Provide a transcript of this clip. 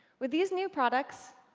with these new products,